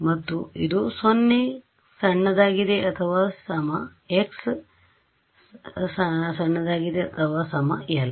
ಮತ್ತು ಇದು 0 ≤ x ≤ L